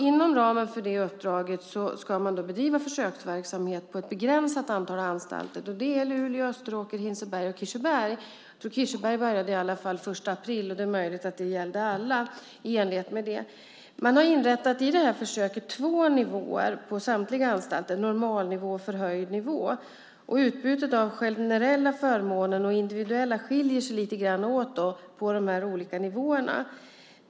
Inom ramen för det uppdraget ska man bedriva försöksverksamhet på ett begränsat antal anstalter, nämligen Luleå, Österåker, Hinseberg och Kirseberg. Jag tror att Kirseberg började med det den 1 april, och det är möjligt att det även gäller de övriga. Man har i försöket inrättat två nivåer på samtliga anstalter, normalnivå och förhöjd nivå. Utbudet av generella och individuella förmåner skiljer sig åt lite grann på de olika nivåerna.